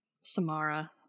Samara